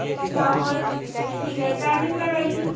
اچھا اور ٹھیک ہے ٹائمنگ کیا رہے گی